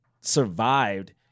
survived